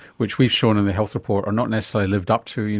which we've shown in the health report are not necessarily lived up to you